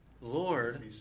Lord